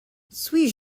suis